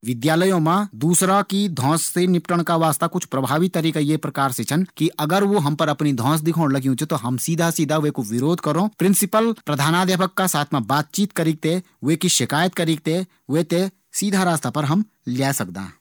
विद्यालयों मा दूसरा की धौंस मिटोणा का वास्ता कुछ प्रभावी तरीका ये प्रकार से छन कि अगर वू हम पर अपणी धौंस दिखोण लग्यां छन त हम सीधा-सीधा विकू विरोध करोन। प्रिंसिपल, प्रधानाध्यापक का साथ मा बातचीत करीक थें विकी शिकायत करी थें वी थें हम सीधा रास्ता पर ल्हे सकदा।